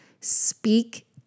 Speak